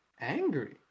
angry